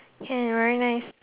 can very nice